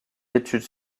études